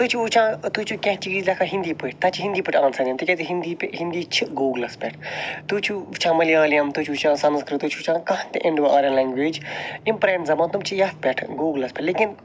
تُہۍ چھو وٕچھان تُہۍ چھو وۄنۍ کانٛہہ چیٖز لیٚکھان ہندی پٲٹھۍ تتہ چھ ہندی پٲٹھۍ آنسَر یِوان تکیازِ ہندی ہندی چھِ گوٗگلَس پیٚٹھ تُہۍ چھو وٕچھان ملیالَم تُہۍ چھو وٕچھان سنسکرت تُہۍ چھو وٕچھان کانٛہہ تہِ اِنڈو آریَن لینٛگویج یِم پرانہ زمانہ تِم چھِ یتھ پیٚٹھ گوٗگلَس پیٚٹھ لیکن